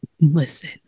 Listen